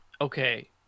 okay